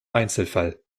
einzelfall